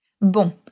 Bon